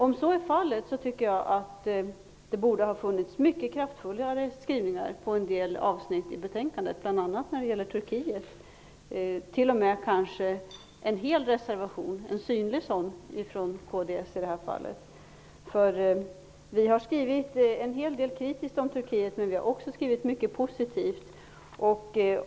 Om så var fallet tycker jag att det borde ha funnits mycket kraftfullare skrivningar i en del avsnitt i betänkandet, bl.a. när det gäller Turkiet. Det borde kanske t.o.m. ha funnits en reservation från kds i det fallet. Vi har skrivit en hel del kritiskt om Turkiet, men vi har också skrivit mycket positivt.